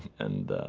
and, ah,